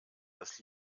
das